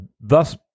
thus